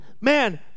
man